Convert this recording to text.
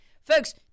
Folks